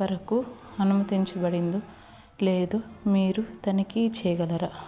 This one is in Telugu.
వరకు అనుమతించబడింది లేదు మీరు తనిఖీ చేయగలరా